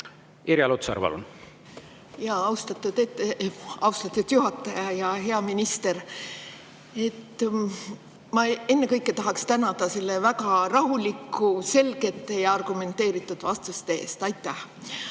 Irja Lutsar, palun! Austatud juhataja! Hea minister! Ma ennekõike tahaks tänada väga rahulike, selgete ja argumenteeritud vastuste eest. Aitäh!